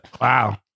Wow